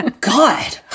God